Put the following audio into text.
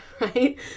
right